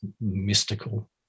mystical